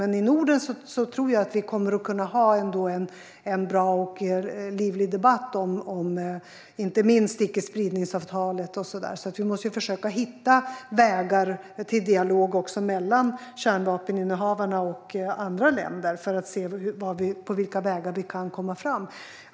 Jag tror dock att vi i Norden kommer att kunna ha en bra och livlig debatt inte minst om icke-spridningsavtalet, så vi måste ju försöka hitta vägar till dialog också mellan kärnvapeninnehavarna och andra länder för att se på vilka vägar vi kan komma framåt.